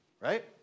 right